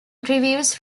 reviews